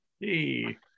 hey